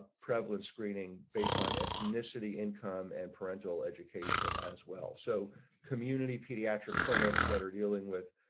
prevalent screening based on ethnicity income and parental education as well so community pediatric clinics that are dealing with.